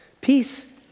Peace